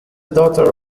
daughter